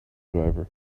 driver